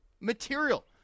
material